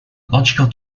logical